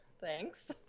Thanks